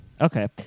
Okay